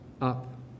up